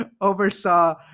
oversaw